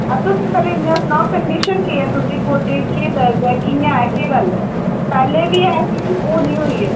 आं तुस पेह्लें इन्ना सनाओ कंडीशन केह् ऐ तुं'दी गोड्डे गी केह् दर्द ऐ कि'यां ऐ केह् गल्ल ऐ पैह्ले बी ऐ ही हुनै होई ऐ